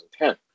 2010